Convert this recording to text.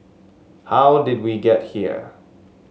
how did we get here